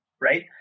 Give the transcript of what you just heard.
right